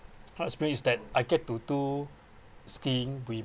last experience is that I get to do skiing with